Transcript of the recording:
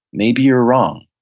maybe you're wrong,